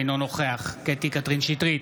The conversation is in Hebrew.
אינו נוכח קטי קטרין שטרית,